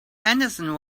henderson